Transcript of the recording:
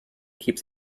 keeps